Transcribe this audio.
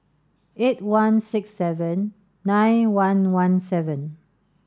eight one six seven nine one one seven